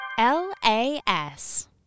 L-A-S